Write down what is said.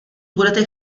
budete